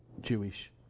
Jewish